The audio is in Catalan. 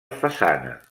façana